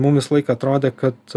mum visą laiką atrodė kad